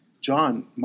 John